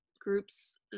groups